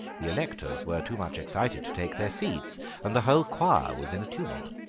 the electors were too much excited to take their seats and the whole choir was in a tumult.